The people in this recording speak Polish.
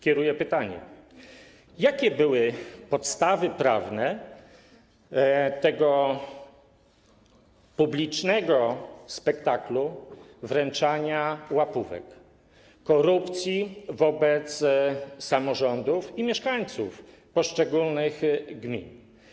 Kieruję pytanie: Jakie były podstawy prawne tego publicznego spektaklu wręczania łapówek, korupcji wobec samorządów i mieszkańców poszczególnych gmin?